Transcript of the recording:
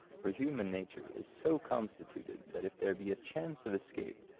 for human nature is so constituted that if there be a chance of escape,